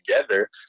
together